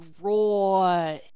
raw